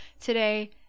today